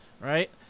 right